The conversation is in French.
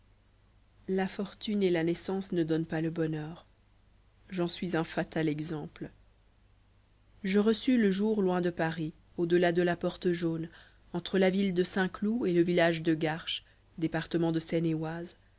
la fortune et la naissance ne donnent pas le bonheur j'en suis un fatal exemple je reçus le jour loin de paris au delà de la porte jaune entre la ville de st cloud et le village de garches département de seine-et-oise